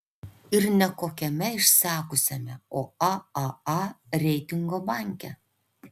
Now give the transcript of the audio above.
ir ne kokiame išsekusiame o aaa reitingo banke